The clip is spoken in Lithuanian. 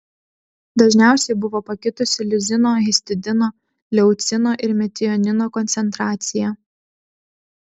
dažniausiai buvo pakitusi lizino histidino leucino ir metionino koncentracija